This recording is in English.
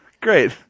Great